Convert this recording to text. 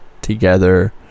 together